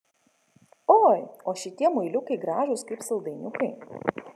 oi o šitie muiliukai gražūs kaip saldainiukai